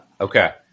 Okay